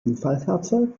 unfallfahrzeug